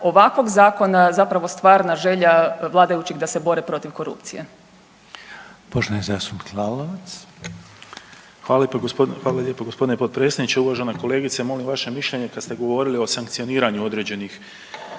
ovakvog zakona zapravo stvarna želja vladajućih da se bore protiv korupcije.